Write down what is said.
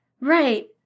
Right